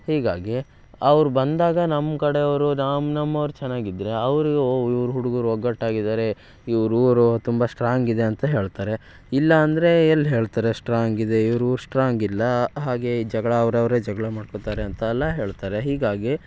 ಹೀಗಾಗಿ ಅವ್ರು ಬಂದಾಗ ನಮ್ಮ ಕಡೆಯವರು ನಮ್ಮ ನಮ್ಮವ್ರು ಚೆನ್ನಾಗಿದ್ರೆ ಅವರಿಗೂ ಓಹ್ ಇವ್ರು ಹುಡ್ಗರು ಒಗ್ಗಟ್ಟಾಗಿದ್ದಾರೆ ಇವ್ರ ಊರು ತುಂಬ ಸ್ಟ್ರಾಂಗಿದೆ ಅಂತ ಹೇಳ್ತಾರೆ ಇಲ್ಲ ಅಂದ್ರೆ ಎಲ್ಲ ಹೇಳ್ತಾರೆ ಸ್ಟ್ರಾಂಗಿದೆ ಇವ್ರ ಊರು ಸ್ಟ್ರಾಂಗಿಲ್ಲ ಹಾಗೆ ಈ ಜಗಳ ಅವರವ್ರೇ ಜಗಳ ಮಾಡ್ಕೋತಾರೆ ಅಂತೆಲ್ಲ ಹೇಳ್ತಾರೆ ಹೀಗಾಗಿ